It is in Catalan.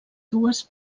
dues